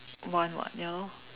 want [what] ya lor